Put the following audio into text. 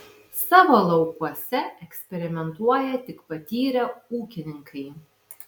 savo laukuose eksperimentuoja tik patyrę ūkininkai